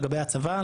לגבי הצבא,